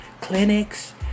clinics